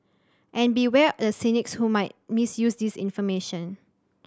and beware the cynics who might misuse this information